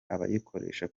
abayikoresha